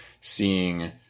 seeing